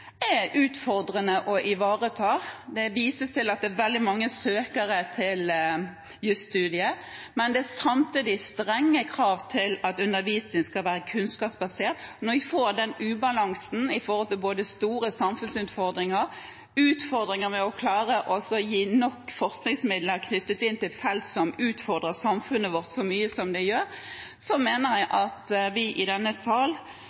er utfordrende å ivareta. Det vises til at det er veldig mange søkere til jusstudiet, men det er samtidig strenge krav til at undervisningen skal være kunnskapsbasert. Når vi får den ubalansen med hensyn til både store samfunnsutfordringer og utfordringer med å klare å gi nok forskningsmidler til felt som utfordrer samfunnet vårt så mye som det gjør, mener jeg at vi i denne